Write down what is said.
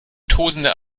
tosender